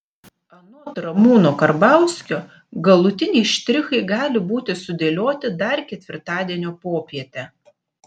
anot ramūno karbauskio galutiniai štrichai gali būti sudėlioti dar ketvirtadienio popietę